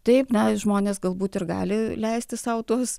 taip na žmonės galbūt ir gali leisti sau tuos